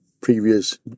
previous